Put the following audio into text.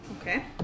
Okay